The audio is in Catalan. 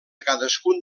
cadascun